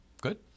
Good